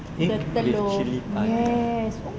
egg with cili padi